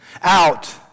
out